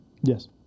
Yes